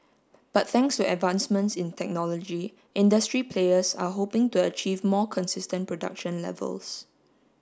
but thanks to advancements in technology industry players are hoping to achieve more consistent production levels